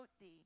thee